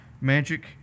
Magic